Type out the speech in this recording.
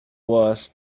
was